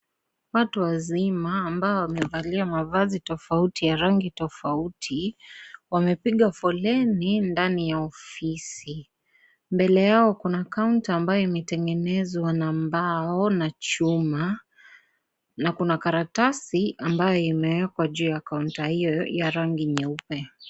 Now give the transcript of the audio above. Watu wazima, ambao wamevalia mavazi tofauti ya rangi tofauti. Wamepiga foleni ndani ya ofisi. Mbele yao, kuna kaunta ambayo imetengenezwa na mbao na chuma na kuna karatasi, ambayo imewekwa juu ya kaunta hiyo ya rangi nyeupe.